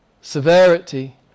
severity